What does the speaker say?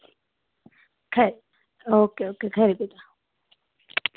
खरी okay okay खरी